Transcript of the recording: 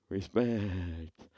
Respect